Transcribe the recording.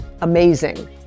amazing